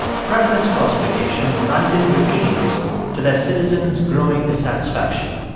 preference falsification blinded regimes to their citizens' growing dissatisfaction.